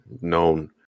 known